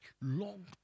long